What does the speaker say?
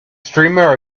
streamer